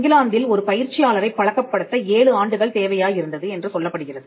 இங்கிலாந்தில் ஒரு பயிற்சியாளரைப் பழக்கப்படுத்த ஏழு ஆண்டுகள் தேவையாய் இருந்தது என்று சொல்லப்படுகிறது